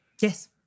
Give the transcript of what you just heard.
Yes